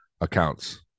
accounts